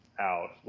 out